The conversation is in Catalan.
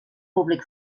públic